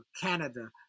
Canada